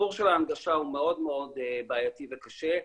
הסיפור של ההנגשה הוא מאוד מאוד בעייתי וקשה,